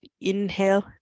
Inhale